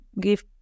give